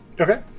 okay